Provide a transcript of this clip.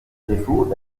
défaut